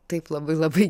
taip labai labai